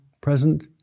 present